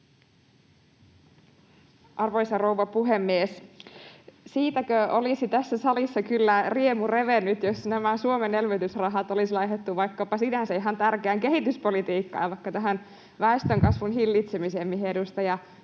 Arvoisa rouva puhemies! Siitäkös olisi tässä salissa kyllä riemu revennyt, jos nämä Suomen elvytysrahat olisi laitettu vaikkapa sinänsä ihan tärkeään kehityspolitiikkaan ja vaikka tähän väestönkasvun hillitsemiseen, mihin edustaja